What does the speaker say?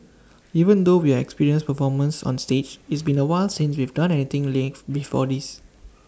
even though we are experienced performers on stage it's been A while since we've done anything live before this